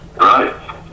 Right